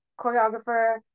choreographer